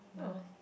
oh